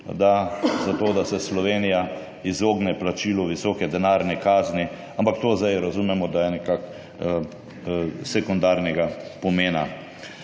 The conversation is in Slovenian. tudi zato, da se Slovenija izogne plačilu visoke denarne kazni. Ampak to zdaj razumemo, da je nekako sekundarnega pomena.